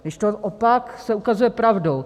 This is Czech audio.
Kdežto opak se ukazuje pravdou.